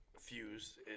fuse